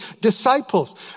disciples